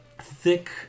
thick